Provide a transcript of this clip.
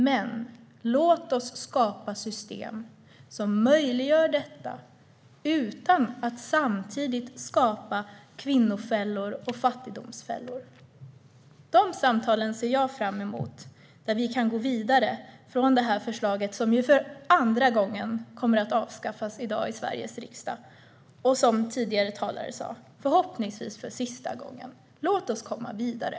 Men låt oss skapa system som möjliggör detta utan att samtidigt skapa kvinnofällor och fattigdomsfällor! Jag ser fram emot samtal där vi kan gå vidare från detta förslag som i dag för andra gången - och förhoppningsvis sista gången, som tidigare talare sa - kommer att avskaffas i Sveriges riksdag. Låt oss komma vidare!